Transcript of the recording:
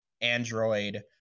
android